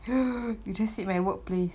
you just say my workplace